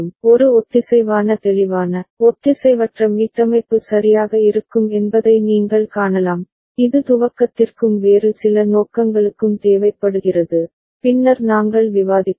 ஒரு ஒத்திசைவான தெளிவான ஒத்திசைவற்ற மீட்டமைப்பு சரியாக இருக்கும் என்பதை நீங்கள் காணலாம் இது துவக்கத்திற்கும் வேறு சில நோக்கங்களுக்கும் தேவைப்படுகிறது பின்னர் நாங்கள் விவாதிப்போம்